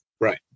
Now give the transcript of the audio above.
right